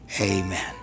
Amen